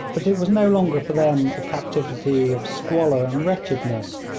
but it was no longer for them a captivity of squalor and wretchedness.